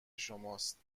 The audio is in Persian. شماست